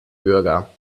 bürger